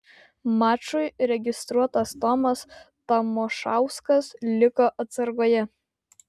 mačui registruotas tomas tamošauskas liko atsargoje